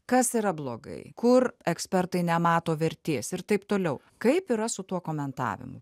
kas yra blogai kur ekspertai nemato vertės ir taip toliau kaip yra su tuo komentavimu